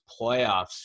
playoffs